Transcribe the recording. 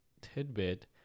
tidbit